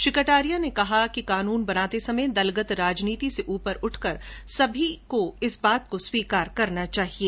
श्री कटारिया ने कहा कि कानून बनाते समय दलगत राजनीति से उपर उठकर सभी की बात को स्वीकार करना चाहिये